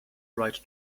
write